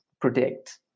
predict